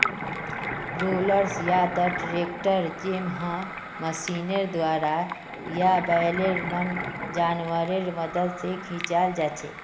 rollers या त tractor जैमहँ मशीनेर द्वारा या बैलेर मन जानवरेर मदद से खींचाल जाछे